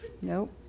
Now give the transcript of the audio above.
Nope